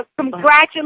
Congratulations